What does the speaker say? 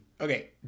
Okay